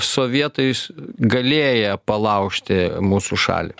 sovietais galėję palaužti mūsų šalį